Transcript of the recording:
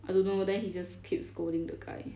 I don't know then he just keep scolding the guy